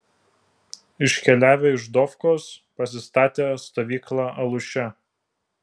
iškeliavę iš dofkos pasistatė stovyklą aluše